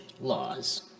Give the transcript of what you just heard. laws